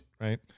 right